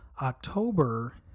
October